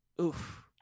Oof